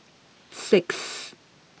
six